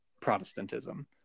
Protestantism